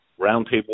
roundtable